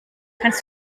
kannst